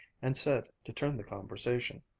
and said, to turn the conversation,